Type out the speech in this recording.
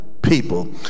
people